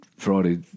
friday